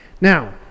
Now